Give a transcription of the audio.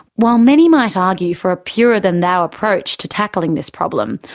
while many might argue for a purer than thou approach to tackling this problem,